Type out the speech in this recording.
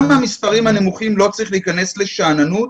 גם מהמספרים הנמוכים לא צריך להיכנס לשאננות.